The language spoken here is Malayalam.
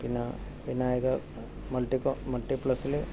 പിന്നെ വിനായക മൾട്ടികോ മൾട്ടിപ്ലക്സ്സിൽ